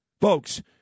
Folks